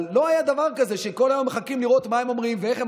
אבל לא היה דבר כזה שכל היום מחכים לראות מה הם אומרים ואיך הם